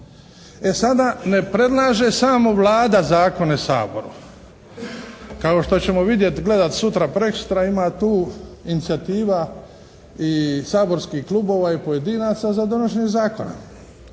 E sada ne predlaže samo Vlada zakone Saboru. Kao što ćemo vidjeti, gledat sutra, preksutra ima tu inicijativa i saborskih klubova i pojedinaca za donošenje zakona.